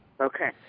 Okay